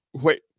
Wait